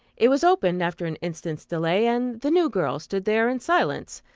it was opened, after an instant's delay, and the new girl stood there in silence,